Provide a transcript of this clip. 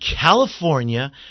California